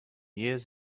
years